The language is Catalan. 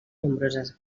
nombroses